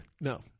No